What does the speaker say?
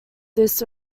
this